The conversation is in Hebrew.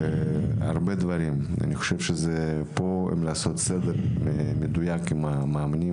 אני חושב שעשיית סדר מדויק עם המאמנים